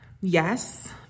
Yes